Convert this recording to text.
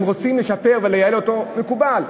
אם רוצים לשפר ולייעל אותו, מקובל.